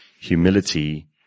humility